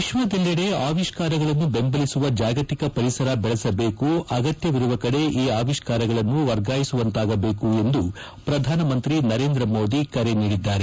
ವಿಶ್ವದೆಲ್ಲಿಡೆ ಅವಿಷ್ಕಾರಗಳನ್ನು ಬೆಂಬಲಿಸುವ ಜಾಗತಿಕ ಪರಿಸರ ಬೆಳೆಸಬೇಕು ಅಗತ್ತವಿರುವ ಕಡೆ ಈ ಅವಿಷ್ಕಾರಗಳನ್ನು ವರ್ಗಾಯಿಸುವಂತಾಗಬೇಕು ಎಂದು ಪ್ರಧಾನ ಮಂತ್ರಿ ನರೇಂದ್ರ ಮೋದಿ ಕರೆ ನೀಡಿದ್ದಾರೆ